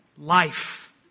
life